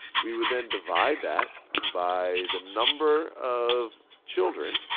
we would then divide that by the number of children.